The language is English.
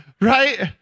right